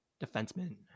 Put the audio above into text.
defenseman